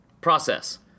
Process